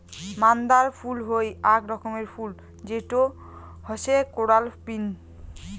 মান্দার ফুল হই আক রকমের ফুল যেটো হসে কোরাল বিন